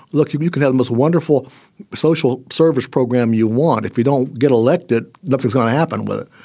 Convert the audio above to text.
look, you you can have the most wonderful social service program you want if you don't get elected. nothing's going to happen with it.